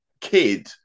kid